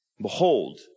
Behold